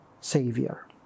Savior